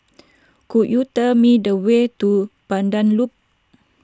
could you tell me the way to Pandan Loop